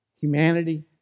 Humanity